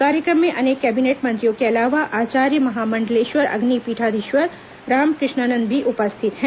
कार्यक्रम में अनेक कैबिनेट मंत्रियों के अलावा आचार्य महामंडलेश्वर अग्नि पीठाधीश्वर रामकृष्णानंद भी उपस्थित हैं